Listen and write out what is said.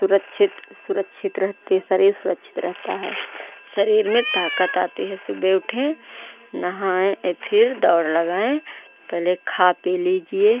सुरक्षित सुरक्षित रहती शरीर सुरक्षित रहता है शरीर में ताकत आती है सुबह उठे नहाएं एक फ़िर दौड़ लगाएं तो ले खा पी लीजिए